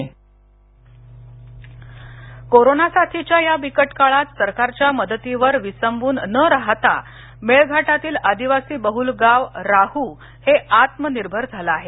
Melghat corona साथीच्या या बिकट काळात सरकारच्या मदतीवर विसंबून न राहता मेळघाटातील आदिवासीबहुल राहू हे गाव आत्मनिर्भर झालं आहे